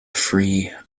free